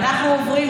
אנחנו עוברים,